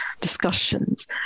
discussions